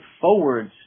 forwards